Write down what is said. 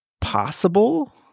possible